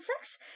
sex